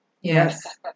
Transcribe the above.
Yes